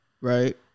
right